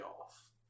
off